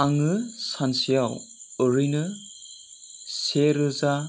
आङो सानसेयाव ओरैनो से रोजा